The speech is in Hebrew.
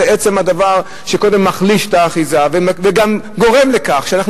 זה עצם הדבר שקודם מחליש את האחיזה וגם גורם לכך שאנחנו